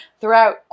throughout